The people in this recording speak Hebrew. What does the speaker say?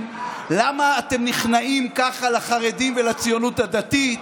למה אתם נכנעים ככה לחרדים ולציונות הדתית,